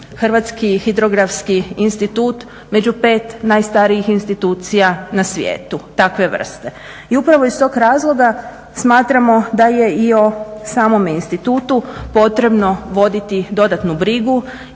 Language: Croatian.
Hrvatski hidrografski institut među 5 najstarijih institucija na svijetu takve vrste. I upravo iz tog razloga smatramo da je i o samome institutu potrebno voditi dodatnu brigu